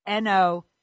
no